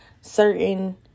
certain